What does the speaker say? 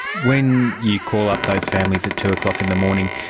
when you call up those families at two o'clock in the morning,